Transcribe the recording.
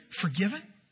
forgiven